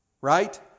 Right